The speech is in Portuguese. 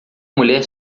mulher